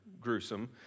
gruesome